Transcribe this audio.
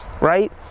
Right